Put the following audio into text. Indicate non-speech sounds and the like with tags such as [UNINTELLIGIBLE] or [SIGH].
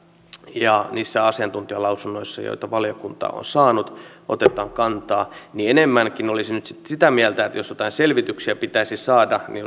ja niissä asiantuntijalausunnoissa joita valiokunta on saanut otetaan kantaa enemmänkin olisin nyt sitten sitä mieltä että jos jotain selvityksiä pitäisi saada niin [UNINTELLIGIBLE]